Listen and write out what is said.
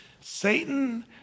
Satan